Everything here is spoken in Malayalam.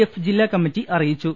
എഫ് ജില്ലാ കമ്മിറ്റി അറിയിച്ചു